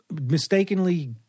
mistakenly